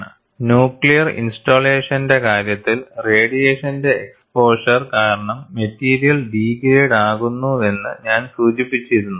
നിങ്ങൾ ഓർമിക്കേണ്ടതുണ്ട് ന്യൂക്ലിയർ ഇൻസ്റ്റാളേഷന്റെ കാര്യത്തിൽ റേഡിയേഷന്റെ എക്സ്പോഷർ കാരണം മെറ്റീരിയൽ ഡിഗ്രേഡ് ആകുന്നുവെന്ന് ഞാൻ സൂചിപ്പിച്ചിരുന്നു